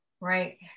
right